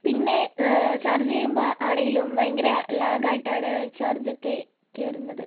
പിന്നെ ചാർജ് ചെയ്യുമ്പോൾ ആണെങ്കിലും ഭയങ്കര ലാഗായിട്ടാണ് ചാർജൊക്കെ കയറുന്നത്